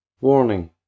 Warning